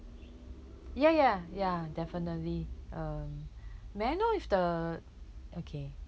ya ya ya definitely um may I know if the okay